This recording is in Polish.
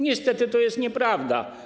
Niestety to jest nieprawda.